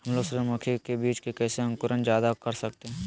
हमलोग सूरजमुखी के बिज की कैसे अंकुर जायदा कर सकते हैं?